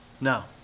no